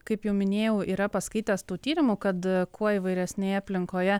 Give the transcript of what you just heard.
kaip jau minėjau yra paskaitęs tų tyrimų kad kuo įvairesnėje aplinkoje